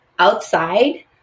Outside